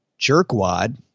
jerkwad